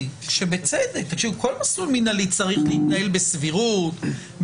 ככל שזאת השאלה שעומדת על הפרק,